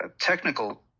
technical